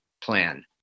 plan